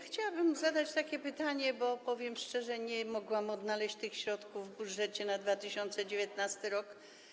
Chciałabym zadać takie pytanie, bo powiem szczerze, nie mogłam odnaleźć tych środków w budżecie na 2019 r.